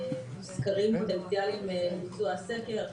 עשינו שורה של פעולות על מנת --- לביצוע הסקר,